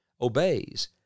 obeys